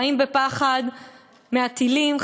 חיים בפחד מהטילים,